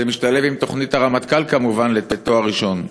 זה משתלב בתוכנית הרמטכ"ל, כמובן, לתואר ראשון.